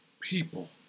people